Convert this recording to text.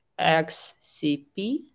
xcp